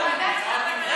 אני רוצה ועדת הפנים.